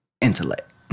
intellect